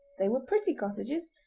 they were pretty cottages,